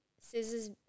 scissors